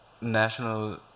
national